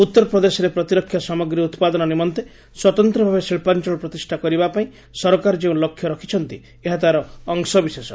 ଉତ୍ତରପ୍ରଦେଶରେ ପ୍ରତିରକ୍ଷା ସାମଗ୍ରୀ ଉତ୍ପାଦନ ନିମନ୍ତେ ସ୍ୱତନ୍ତ ଭାବେ ଶିଳ୍ପାଞ୍ଚଳ ପ୍ରତିଷା କରିବା ପାଇଁ ସରକାର ଯେଉଁ ଲକ୍ଷ୍ୟ ରଖିଛନ୍ତି ଏହା ତାହାର ଅଂଶବିଶେଷ